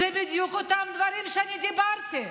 אלה בדיוק אותם דברים שאני אמרתי.